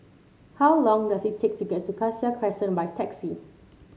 how long does it take to get to Cassia Crescent by taxi